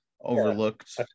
overlooked